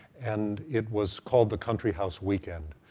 and it was called the country house weekend,